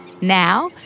Now